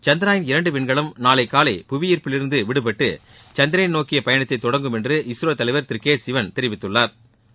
சந்த்ரயான் இரண்டு விண்கலம் நாளை காலை புவி ஈர்ப்பில் இருந்து விடுபட்டு சந்திரனை நோக்கிய பயணத்தை தொடங்கும் என்று இஸ்ரோ தலைவர் திரு கே சிவன் தெரிவித்துள்ளாா்